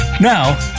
Now